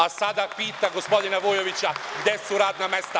A sada pita gospodina Vujovića gde su radna mesta.